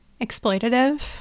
exploitative